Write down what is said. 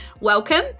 welcome